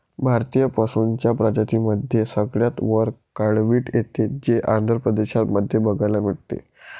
भारतीय पशूंच्या प्रजातींमध्ये सगळ्यात वर काळवीट येते, जे आंध्र प्रदेश मध्ये बघायला मिळते